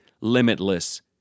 limitless